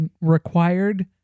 required